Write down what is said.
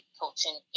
coaching